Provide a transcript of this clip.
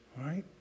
right